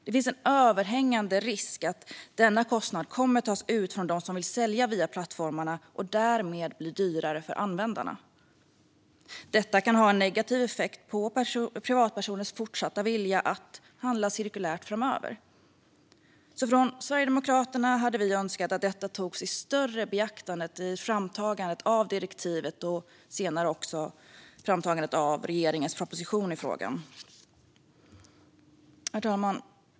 Det finns en överhängande risk för att denna kostnad kommer att tas ut av dem som vill sälja via plattformarna och att det därmed blir dyrare för användarna. Detta kan ha en negativ effekt på privatpersoners vilja att handla cirkulärt framöver. Från Sverigedemokraternas sida hade vi önskat att detta i större utsträckning tagits i beaktande vid framtagandet av direktivet och senare också vid framtagandet av regeringens proposition i frågan. Herr talman!